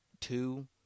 two